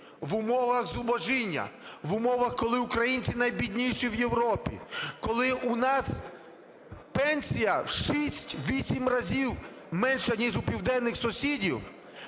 в умовах зубожіння, в умовах, коли українці найбідніші в Європі, коли у нас пенсія в 6-8 разів менша, ніж у південних сусідів,